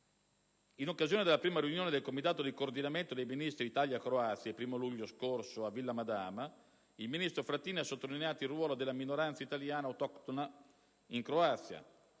In occasione della prima riunione del Comitato di coordinamento dei ministri Italia-Croazia del 1° luglio scorso a Villa Madama, il ministro degli esteri Frattini ha sottolineato il ruolo della minoranza italiana autoctona in Croazia,